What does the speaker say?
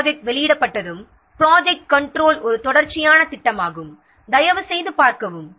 project ஆரம்பத்தில் வெளியிடப்பட்டதும் ப்ராஜெக்ட்க் கன்ட்ரோலை ஒரு தொடர்ச்சியான திட்டமாக தயவுசெய்து பார்க்கவும்